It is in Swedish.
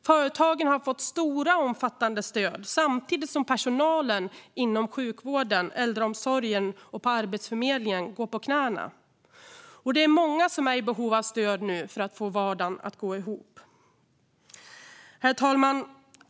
Företagen har fått stora och omfattande stöd samtidigt som personalen inom sjukvården och äldreomsorgen och på Arbetsförmedlingen går på knäna. Det är många som är i behov av stöd för att få vardagen att gå ihop. Herr talman!